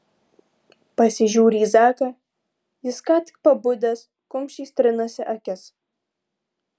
pasižiūriu į zaką jis ką tik pabudęs kumščiais trinasi akis